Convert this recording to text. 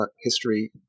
history